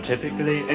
Typically